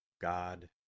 God